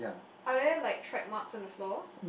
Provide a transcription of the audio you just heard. are there like track marks on the floor